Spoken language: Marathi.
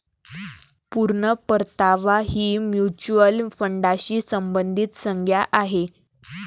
पूर्ण परतावा ही म्युच्युअल फंडाशी संबंधित संज्ञा आहे